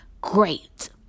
great